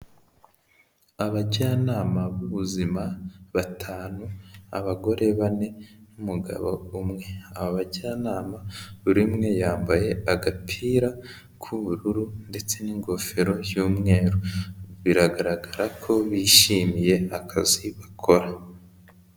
Abajyanama b'ubuzima batanu, abagore bane n'umugabo umwe. Aba bajyanama buri rimwe yambaye agapira k'ubururu ndetse n'ingofero y'umweru. Biragaragara ko bishimiye akazi bakora.